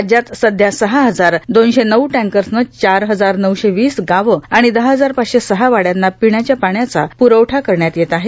राज्यात सध्या सहा हजार दोनशे नऊ टॅंकर्सनं चार हजार नऊशे वीस गावं आणि दहा हजार पाचशे सहा वाड्यांना पिण्याच्या पाण्याचा प्रवठा करण्यात येत आहे